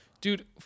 dude